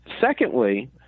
Secondly